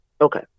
Okay